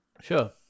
Sure